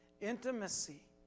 Intimacy